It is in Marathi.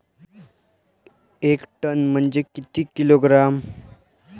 एक टन म्हनजे किती किलोग्रॅम?